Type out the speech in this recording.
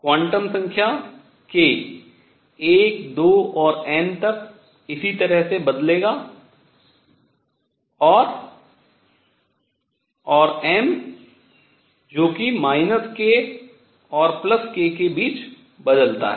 quantum संख्या k 1 2 और n तक इसी तरह से बदलेगा और और m जो कि k और k के बीच बदलता है